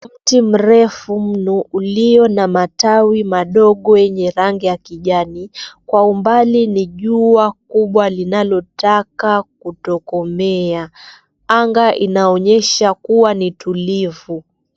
Mti mrefu mno uliyo na matawi madogo yenye rangi ya kijani kwa umbali ni jua kubwa linalotaka kutokomea anga inaonyesha kuwa ni tulivu.